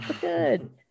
good